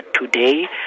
today